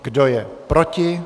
Kdo je proti?